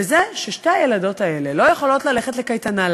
וזה ששתי הילדות האלה לא יכולות ללכת לקייטנה.